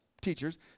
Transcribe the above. teachers